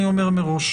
אני אומר מראש.